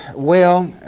well,